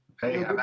Hey